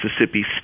Mississippi